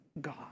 God